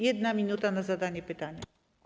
1 minuta na zadanie pytania.